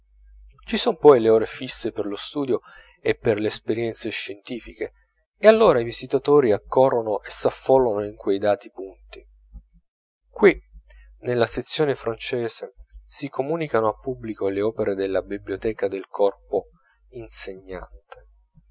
ci son poi le ore fisse per lo studio e per le esperienze scientifiche e allora i visitatori accorrono e s'affollano in quei dati punti qui nella sezione francese si comunicano al pubblico le opere della biblioteca del corpo insegnante